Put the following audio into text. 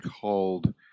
called